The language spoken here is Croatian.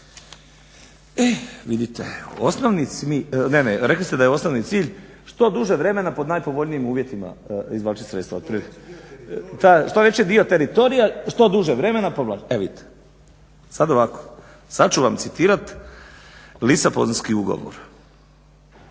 vidite, ne, ne rekli ste da je osnovni cilj što duže vremena pod najpovoljnijim uvjetima izvlačiti sredstva otprilike. Što veći dio teritorija, što duže vremena povlačiti. E vidite, sad ovako, sad ću vam citirati Lisabonski ugovor